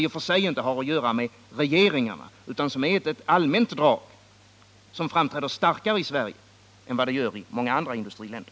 I och för sig har den inte med regeringarna att göra utan är ett allmänt drag som framträder starkare i Sverige än vad det gör i många andra industriländer.